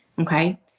okay